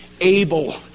able